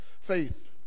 faith